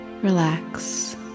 Relax